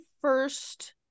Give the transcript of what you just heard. first